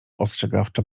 ostrzegawczo